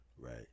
Right